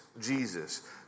Jesus